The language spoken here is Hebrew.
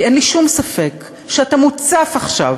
כי אין לי שום ספק שאתה מוצף עכשיו,